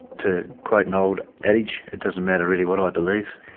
to quote an old adage, it doesn't matter really what i believe.